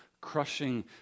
crushing